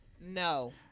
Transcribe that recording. no